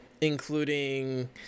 including